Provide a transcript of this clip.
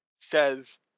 says